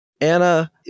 Anna